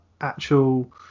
actual